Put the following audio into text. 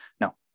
no